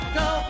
go